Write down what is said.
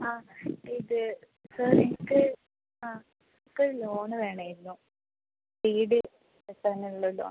ആ ഇത് സാർ എനിക്ക് ആ എനിക്ക് ഒരു ലോണ് വേണമായിരുന്നു വീട് വെക്കാനുള്ളതാണ്